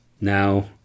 Now